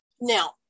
Now